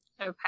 Okay